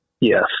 Yes